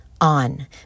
on